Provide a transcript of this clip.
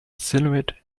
silhouette